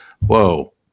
whoa